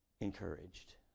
encouraged